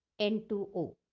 N2O